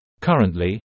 Currently